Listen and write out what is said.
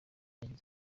yagize